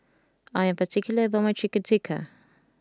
I am particular about my Chicken Tikka